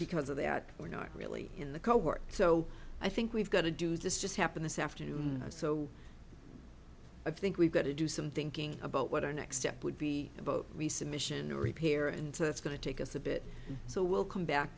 because of that we're not really in the cold war so i think we've got to do this just happen this afternoon so i think we've got to do some thinking about what our next step would be about resubmission or repair into it's going to take us a bit so we'll come back